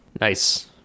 Nice